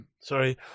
Sorry